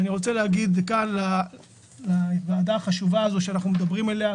אני רוצה להגיד כאן לוועדה החשובה הזאת שכבר